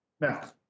Now